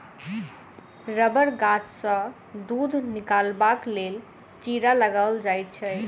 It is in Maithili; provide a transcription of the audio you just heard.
रबड़ गाछसँ दूध निकालबाक लेल चीरा लगाओल जाइत छै